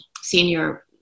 senior